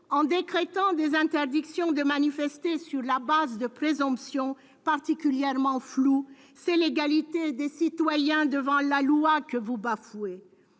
En décrétant des interdictions de manifester sur la base de « présomptions » particulièrement floues, c'est l'égalité des citoyens devant la loi que vous bafouez.